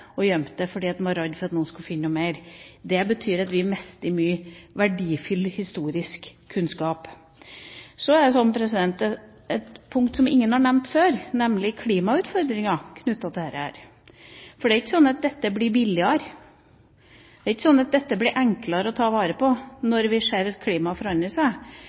gjemt det fordi en var redd for at noen skulle finne noe mer. Det betyr at vi mister mye verdifull historisk kunnskap. Så er det et punkt som ingen har nevnt før, nemlig klimautfordringa knyttet til dette. Det er ikke sånn at dette blir billigere. Det er ikke sånn at det blir enklere å ta vare på dette når vi ser at klimaet forandrer seg.